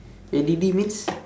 A_D_D means